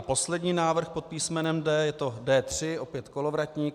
Poslední návrh pod písmenem D je D3, opět Kolovratník.